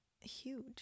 huge